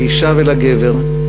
לאישה ולגבר,